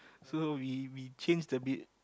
so we we change a bit